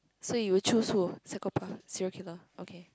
so you choose who psychopath serial killer okay